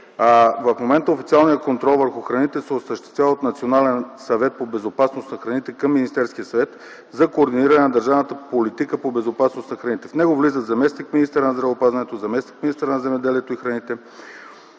В момента официалният контрол върху храните се осъществява от Национален съвет по безопасност на храните към Министерския съвет за координиране на държавната политика по безопасност на храните. В него влизат заместник-министърът на здравеопазването, заместник-министърът на земеделието и храните,